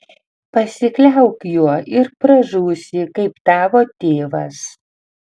pasikliauk juo ir pražūsi kaip tavo tėvas